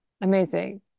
amazing